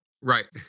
right